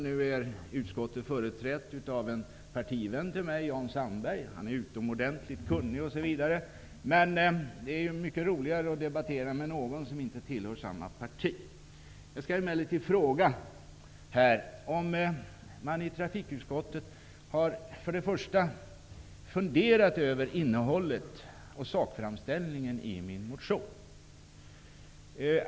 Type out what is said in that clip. Nu är utskottet företrätt av en partivän till mig, Jan Sandberg. Han är utomordentligt kunnig, men det är mycket roligare att debattera med någon som inte tillhör samma parti. Jag skall emellertid fråga här om man i trafikutskottet har funderat över innehållet och sakframställningen i min motion.